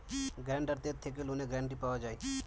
গ্যারান্টারদের থেকে লোনের গ্যারান্টি পাওয়া যায়